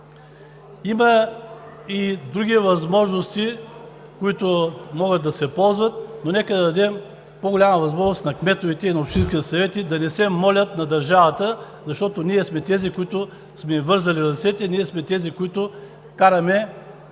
Има и други възможности, които могат да се ползват, но нека дадем по-голяма възможност на кметовете и на общинските съвети да не се молят на държавата, защото ние сме тези, които сме им вързали ръцете, ние сме тези, които ги караме